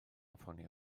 ffonio